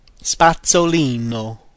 Spazzolino